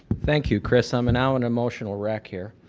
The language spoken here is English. thank you chris, i'm now an emotional wreck here.